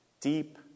deep